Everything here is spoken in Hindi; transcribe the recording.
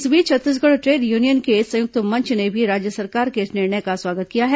इस बीच छत्तीसगढ़ ट्रेड यूनियन के संयुक्त मंच ने भी राज्य सरकार के इस निर्णय का स्वागत किया है